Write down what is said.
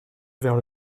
vers